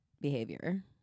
behavior